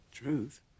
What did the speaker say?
Truth